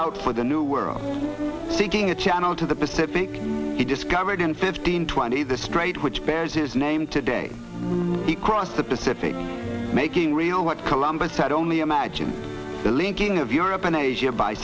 out for the new world seeking a channel to the pacific he discovered in fifteen twenty the strait which bears his name today he crossed the pacific making rio what columbus said only imagine the linking of europe and asia by